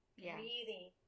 breathing